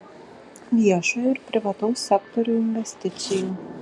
viešojo ir privataus sektorių investicijų